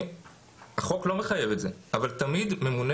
החוק לא מחייב את זה אבל תמיד ממונה